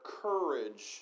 courage